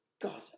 God